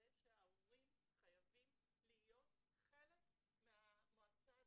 ההורים חייבים להיות חלק מהמועצה הזאת.